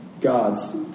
God's